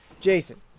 Jason